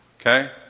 Okay